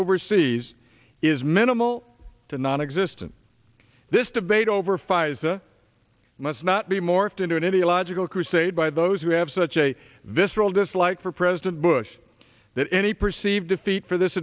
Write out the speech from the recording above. overseas is minimal to nonexistent this debate over pfizer must not be morphed into in any logical crusade by those who have such a visceral dislike for president bush that any perceived defeat for this